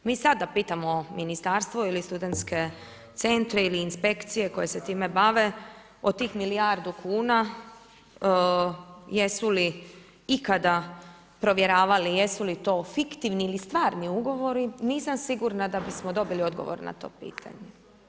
Mi sada pitamo ministarstvo ili studentske centre ili inspekcije koje se time bave, od tih milijardu kuna jesu li ikada provjeravali jesu li to fiktivni ili stvarni ugovori, nisam sigurna da bismo dobili odgovor na to pitanje.